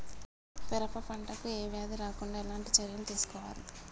పెరప పంట కు ఏ వ్యాధి రాకుండా ఎలాంటి చర్యలు తీసుకోవాలి?